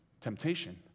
temptation